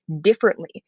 differently